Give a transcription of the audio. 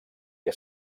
què